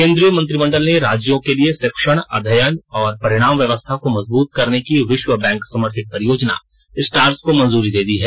केन्द्रीय मंत्रिमंडल ने राज्यों के लिए शिक्षण अध्ययन और परिणाम व्यवस्था को मजबूत करने की विश्व बैंक समर्थित परियोजना स्टार्स को मंजूरी दे दी है